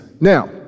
Now